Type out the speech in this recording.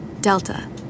Delta